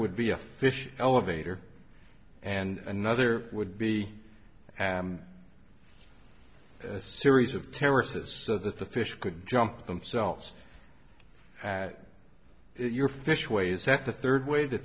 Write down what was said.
would be a fish elevator and another would be a series of terraces so that the fish could jump themselves at your fish ways that the third way the